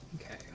Okay